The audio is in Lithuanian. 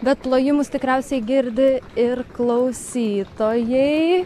bet plojimus tikriausiai girdi ir klausytojai